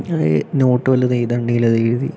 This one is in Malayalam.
അത് ഈ നോട്ട് വല്ലതും എഴുതാനുണ്ടെങ്കിൽ അതെഴുതി